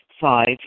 Five